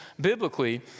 biblically